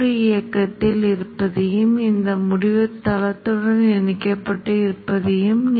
நாம் காந்தத்தைப் பற்றி விவாதிக்கும்போது இந்த கொள்ளளவு ஊடுருவல் உறவைப் பற்றி மேலும் விளக்குகிறேன்